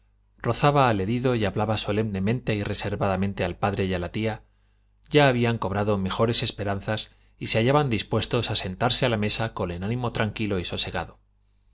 sobaba al herido y hablaba solemne y reservadamente al padre y a la tía ya habían cobrado mejores esperanzas y se hallaban dispuestos a sentarse a la mesa con el ánimo tranquilo y sosegado